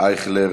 אייכלר,